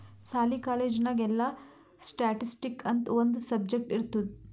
ಸಾಲಿ, ಕಾಲೇಜ್ ನಾಗ್ ಎಲ್ಲಾ ಸ್ಟ್ಯಾಟಿಸ್ಟಿಕ್ಸ್ ಅಂತ್ ಒಂದ್ ಸಬ್ಜೆಕ್ಟ್ ಇರ್ತುದ್